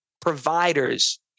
providers